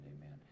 amen